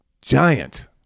giant